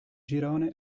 girone